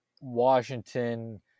Washington